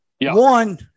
One